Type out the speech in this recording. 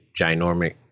ginormic